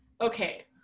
okay